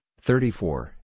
thirty-four